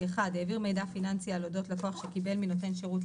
העביר מידע פיננסי על אודות לקוח שקיבל מנותן שירות,